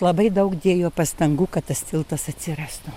labai daug dėjo pastangų kad tas tiltas atsirastų